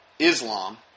Islam